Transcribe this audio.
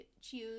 choose